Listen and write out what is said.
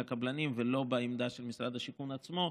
הקבלנים ולא בעמדה של משרד השיכון עצמו.